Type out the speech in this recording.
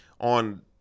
on